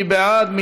מי בעד?